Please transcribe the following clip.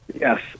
Yes